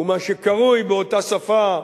ומה שקרוי באותה שפה,